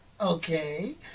okay